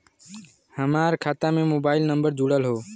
हमार खाता में मोबाइल नम्बर जुड़ल हो?